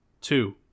two